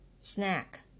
Snack